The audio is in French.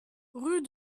rue